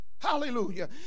Hallelujah